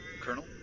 Colonel